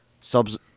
subs